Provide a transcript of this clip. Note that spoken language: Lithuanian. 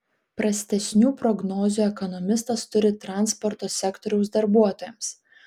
prastesnių prognozių ekonomistas turi transporto sektoriaus darbuotojams